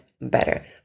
better